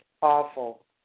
awful